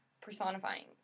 personifying